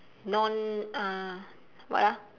non uh what ah